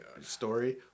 story